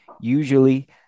usually